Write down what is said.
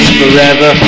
forever